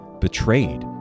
betrayed